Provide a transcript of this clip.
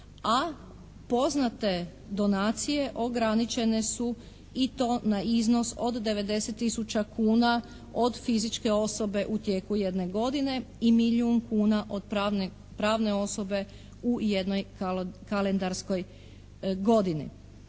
a poznate donacije ograničene su i to na iznos od 90 tisuća kuna od fizičke osobe u tijeku jedne godine i milijun kuna od pravne, pravne osobe u jednoj kalendarskoj godini.